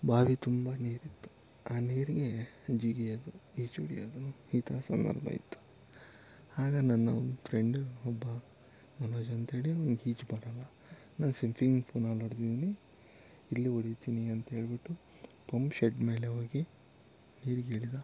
ಬಾವಿ ತುಂಬ ನೀರಿತ್ತು ಆ ನೀರಿಗೆ ಜಿಗಿಯೋದು ಈಜೊಡೆಯೋದು ಈ ಥರ ಸಂದರ್ಭ ಇತ್ತು ಆಗ ನನ್ನ ಒಂದು ಫ್ರೆಂಡು ಒಬ್ಬ ಮನೋಜ್ ಅಂಥೇಳಿ ಅವ್ನಿಗೆ ಈಜು ಬರಲ್ಲ ನಾನು ಸ್ವಿಮಿಂಗ್ ಪೂಲಲ್ಲಿ ಹೊಡ್ದಿದ್ದೀನಿ ಇಲ್ಲೂ ಹೊಡಿತೀನಿ ಅಂತ್ಹೇಳ್ಬಿಟ್ಟು ಪಂಪ್ ಶೆಡ್ ಮೇಲೆ ಹೋಗಿ ನೀರಿಗಿಳಿದ